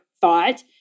thought